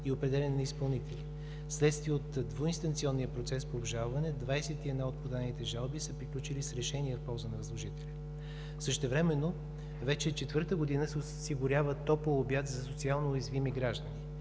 и определяне на изпълнители. Вследствие от двуинстанционния процес по обжалване 21 от подадените жалби са приключили с решение в полза на възложителя. Същевременно вече четвърта година се осигурява топъл обяд за социално уязвими граждани.